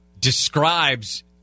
describes